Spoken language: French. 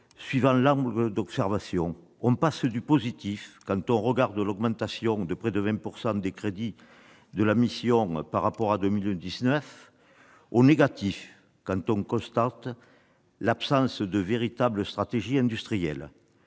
selon l'angle d'observation. On passe du positif quand on regarde l'augmentation de près de 20 % des crédits de la mission par rapport à 2019, au négatif quand on constate l'absence de véritable stratégie industrielle.